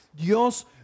Dios